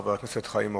חבר הכנסת חיים אורון,